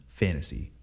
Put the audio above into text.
fantasy